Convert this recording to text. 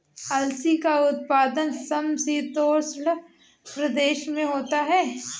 अलसी का उत्पादन समशीतोष्ण प्रदेश में होता है